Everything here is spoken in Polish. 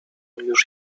już